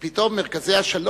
כי פתאום מרכזי השלום,